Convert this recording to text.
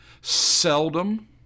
Seldom